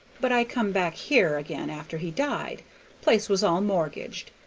but i come back here again after he died place was all mortgaged.